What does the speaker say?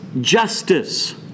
justice